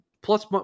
plus